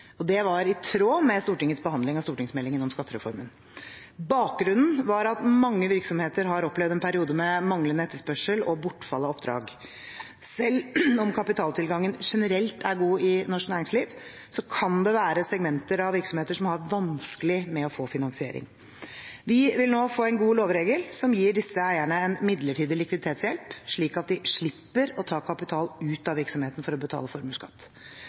underskudd. Det var i tråd med Stortingets behandling av stortingsmeldingen om skattereformen. Bakgrunnen var at mange virksomheter har opplevd en periode med manglende etterspørsel og bortfall av oppdrag. Selv om kapitaltilgangen generelt er god i norsk næringsliv, kan det være segmenter av virksomheter som har vanskelig for å få finansiering. Vi vil nå få en god lovregel som gir disse eierne en midlertidig likviditetshjelp, slik at de slipper å ta kapital ut av virksomheten for å betale formuesskatt.